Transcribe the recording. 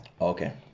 Okay